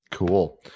Cool